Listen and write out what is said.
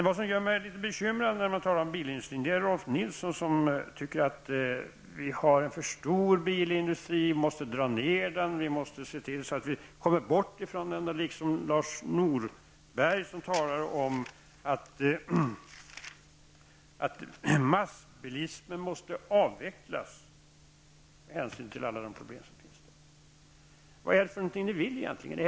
Vad som gör mig litet bekymrad i diskussionen om bilindustrin är att Rolf L Nilson tycker att vi har en för stor bilindustri och att Lars Norberg talar om att massbilismen måste avvecklas med hänsyn till alla de problem som finns. Vad är det ni egentligen vill?